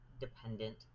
dependent